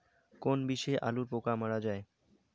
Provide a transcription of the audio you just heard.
কোন বিষে আলুর পোকা মারা যায়?